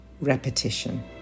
repetition